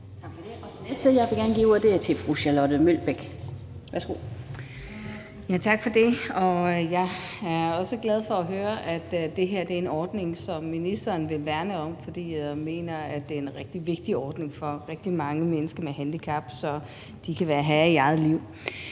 Mølbæk. Værsgo. Kl. 19:12 Charlotte Broman Mølbæk (SF): Tak for det. Jeg er også glad for at høre, at det her er en ordning, som ministeren vil værne om, for jeg mener, det er en rigtig vigtig ordning for rigtig mange mennesker med handicap, så de kan være herre i deres eget liv.